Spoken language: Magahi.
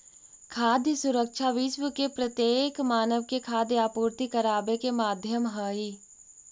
खाद्य सुरक्षा विश्व के प्रत्येक मानव के खाद्य आपूर्ति कराबे के माध्यम हई